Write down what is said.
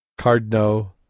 Cardno